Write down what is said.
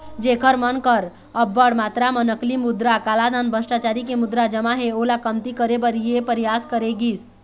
जेखर मन कर अब्बड़ मातरा म नकली मुद्रा, कालाधन, भस्टाचारी के मुद्रा जमा हे ओला कमती करे बर ये परयास करे गिस